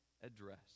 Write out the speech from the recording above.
address